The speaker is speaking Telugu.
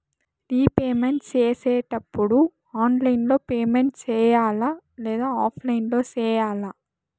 రీపేమెంట్ సేసేటప్పుడు ఆన్లైన్ లో పేమెంట్ సేయాలా లేదా ఆఫ్లైన్ లో సేయాలా